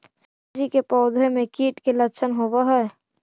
सब्जी के पौधो मे कीट के लच्छन होबहय?